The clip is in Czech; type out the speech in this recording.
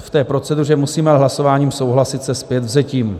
V té proceduře ale musíme hlasováním souhlasit se zpětvzetím.